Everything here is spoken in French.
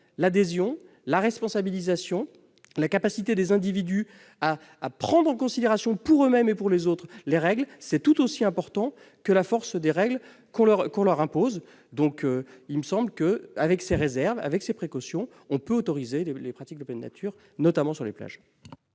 L'adhésion, la responsabilisation, la capacité des individus à prendre en considération pour eux-mêmes et pour les autres les règles sont tout aussi importantes que la force des règles qu'on leur impose. Selon moi, avec de telles précautions, on peut autoriser les pratiques de pleine nature, notamment sur les plages.